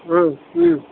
ಹ್ಞೂ ಹ್ಞೂ